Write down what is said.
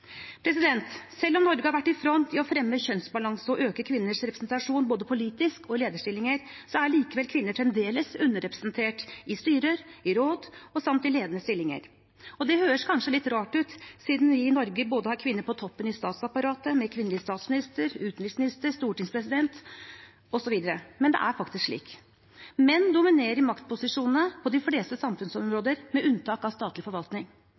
Selv om Norge har vært i front i å fremme kjønnsbalanse og å øke kvinners representasjon, både politisk og i lederstillinger, er kvinner likevel fremdeles underrepresentert i styrer, råd og i ledende stillinger. Det høres kanskje litt rart ut siden vi i Norge har kvinner på toppen i statsapparatet, med både kvinnelig statsminister, utenriksminister, stortingspresident osv., men det er faktisk slik. Menn dominerer maktposisjonene på de fleste samfunnsområder, med unntak av statlig forvaltning.